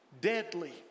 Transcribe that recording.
deadly